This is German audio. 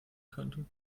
könnte